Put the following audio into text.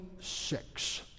six